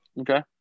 Okay